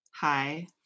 Hi